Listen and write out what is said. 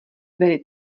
byly